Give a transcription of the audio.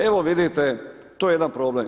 Evo vidite, to je jedan problem.